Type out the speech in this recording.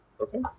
Okay